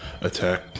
attack